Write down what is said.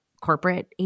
corporate